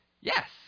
Yes